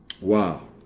Wow